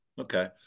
Okay